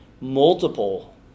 multiple